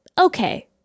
okay